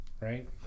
right